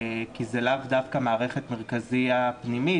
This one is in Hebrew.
כי זה לאו דווקא מערכת מרכזייה פנימית.